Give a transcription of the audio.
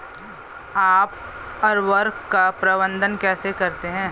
आप उर्वरक का प्रबंधन कैसे करते हैं?